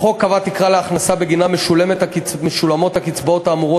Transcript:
החוק קבע תקרה להכנסה שבגינה משולמות הקצבאות האמורות